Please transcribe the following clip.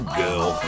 girl